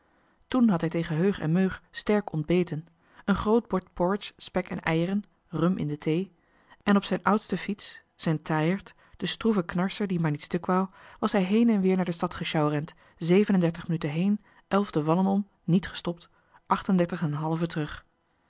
toen had hij tegen heug en meug sterk ontbeten een groot bord porridge spek en eieren rhum in de thee en op zijn oudste fiets zijn taaiert de stroeve knarser die maar niet stuk wou was hij heen en weer naar de stad gesjouwrend zeven en dertig minuten heen elf de wallen om niet gestopt acht en dertig en een halve terug